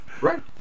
right